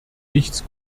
nichts